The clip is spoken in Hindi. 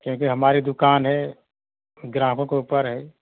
क्योंकि हमारी दुकान है ग्राहकों के ऊपर है